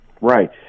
Right